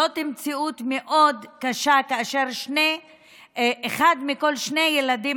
זאת מציאות מאוד קשה כאשר אחד מכל שני ילדים